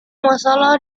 masalah